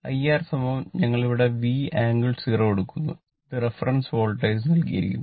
IR ഞങ്ങൾ ഈ V∟0o എടുക്കുന്നു ഇത് റഫറൻസ് വോൾട്ടേജ് നൽകിയിരിക്കുന്നു